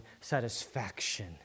satisfaction